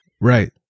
right